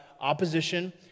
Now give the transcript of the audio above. opposition